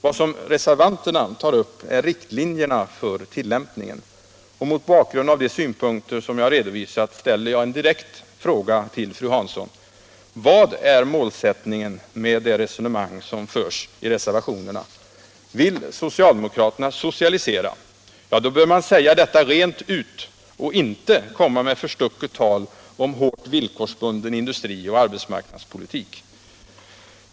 Vad reservanterna tar upp är riktlinjerna för tillämpningen, och mot bakgrund av de synpunkter som jag redovisat ställer jag en direkt fråga till fru Hansson: Vad är målsättningen bakom det resonemang som förs i reservationerna? Vill socialdemokraterna socialisera, bör de säga detta rent ut och inte komma med förstucket tal om hårt villkorsbunden industrioch arbetsmarknadspolitik!